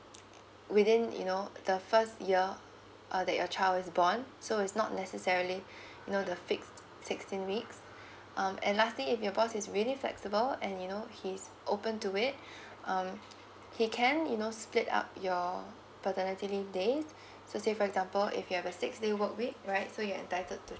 within you know the first year uh that your child is born so it's not necessarily you know the fixed sixteen weeks um and lastly if your boss is really flexible and you know he's open to it um he can you know split up your paternity leave days so say for example if you have a six day work week right so you're entitled to